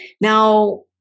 Now